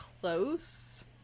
close